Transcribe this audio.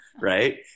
Right